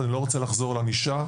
ואני לא רוצה לחזור על ענישה.